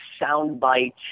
soundbite